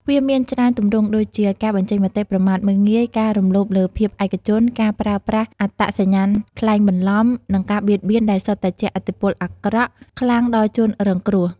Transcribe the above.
វាមានច្រើនទម្រង់ដូចជា ការបញ្ចេញមតិប្រមាថមើលងាយ ការរំលោភលើភាពឯកជន ការប្រើប្រាស់អត្តសញ្ញាណក្លែងបន្លំ និងការបៀតបៀន ដែលសុទ្ធតែជះឥទ្ធិពលអាក្រក់ខ្លាំងដល់ជនរងគ្រោះ។